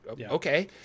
okay